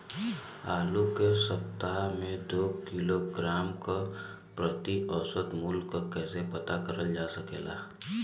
आलू के सप्ताह में दो किलोग्राम क प्रति औसत मूल्य क कैसे पता करल जा सकेला?